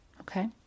Okay